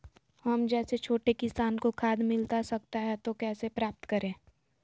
हम जैसे छोटे किसान को खाद मिलता सकता है तो कैसे प्राप्त करें?